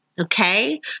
Okay